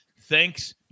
thanks